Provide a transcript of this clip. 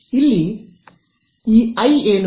ಇಲ್ಲಿ ಡೆಲ್ಟಾ ಅಂತರದ ಹೊರಗೆ ಇಐ ಏನು